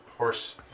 horse